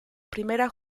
primera